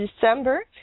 December